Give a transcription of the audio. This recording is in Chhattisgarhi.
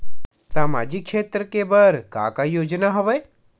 सामाजिक क्षेत्र के बर का का योजना हवय?